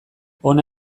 hona